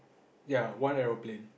ya one aeroplane